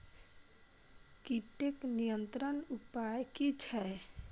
कीटके नियंत्रण उपाय कि छै?